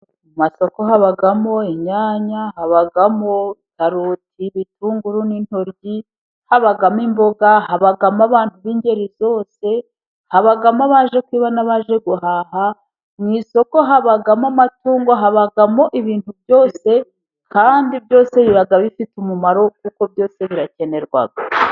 Amasoko habamo inyanya ,habamo karoti ,ibitunguru, n'intoryi, habamo imboga ,habamo abantu b'ingeri zose:habamo abaje kwiba n'abaje guhaha ,mu isoko habamo amatungo ,habamo ibintu byose, kandi byose biba bifite umumaro kuko byose birakenerwa.